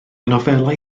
nofelau